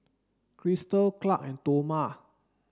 Christal Clark and Toma